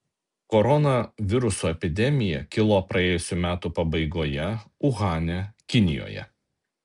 koronaviruso epidemija kilo praėjusių metų pabaigoje uhane kinijoje